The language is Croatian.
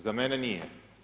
Za mene nije.